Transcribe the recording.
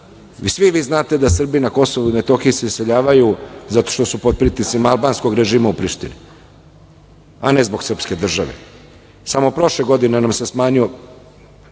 svi vi znate da Srbi na Kosovu i Metohiji se iseljavaju zato što su pod pritiscima albanskog režima u Prištini, a ne zbog srpske države. Samo prošle godine nam se smanjio,